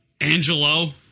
Angelo